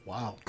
Wow